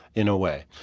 in a way,